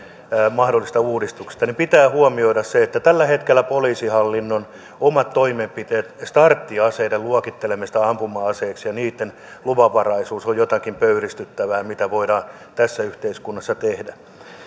mahdollisesta uudistuksesta että pitää huomioida tällä hetkellä poliisihallinnon omat toimenpiteet starttiaseiden luokittelemisesta ampuma aseeksi ja niitten luvanvaraisuus on jotenkin pöyristyttävää se mitä voidaan tässä yhteiskunnassa tehdä